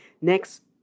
next